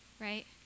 right